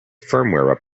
firmware